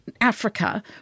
Africa